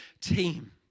team